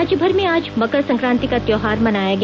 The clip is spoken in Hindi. राज्यभर में आज मकर संक्रांति का त्योहार मनाया गया